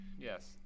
Yes